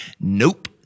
Nope